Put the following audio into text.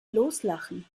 loslachen